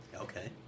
Okay